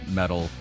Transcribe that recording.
metal